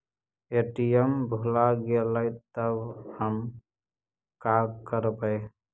ATM भुला गेलय तब हम काकरवय?